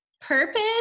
purpose